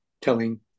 telling